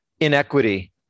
inequity